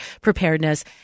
preparedness